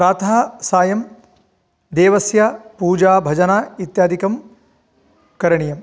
प्रातः सायं देवस्य पूजा भजन इत्यादिकं करणीयं